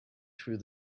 through